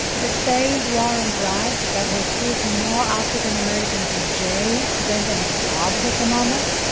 the failed war on drugs that has put more african americans in jail than that have jobs at the moment,